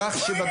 כך שאני